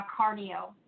cardio